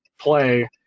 play